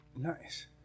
Nice